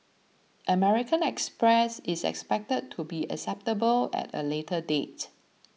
American Express is expected to be acceptable at a later date